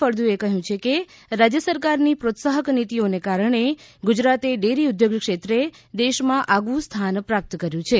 ફળદુએ કહ્યું છે કે રાજ્ય સરકારની પ્રોત્સાહક નીતીઓને કારણે ગુજરાતે ડેરી ઉધોગ ક્ષેત્રે દેશમાં આગવું સ્થાન પ્રાપ્ત કર્યું છે